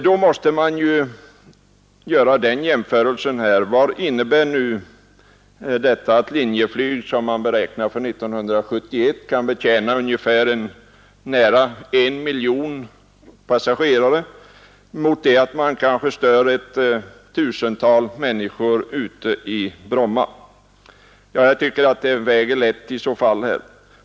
Då måste man göra en jämförelse. Man beräknar att Linjeflyg för år 1971 skall kunna betjäna nära en miljon passagerare. Vad betyder det mot att man kanske stör ett tusental människor ute i Bromma? Detta väger i så fall lätt.